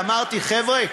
ואמרתי: חבר'ה,